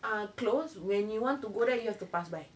ah close when you want to go there you have to pass by